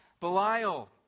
Belial